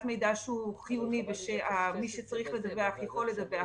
מידע שהוא חיוני ושמי שצריך לדווח יכול לדווח,